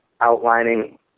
outlining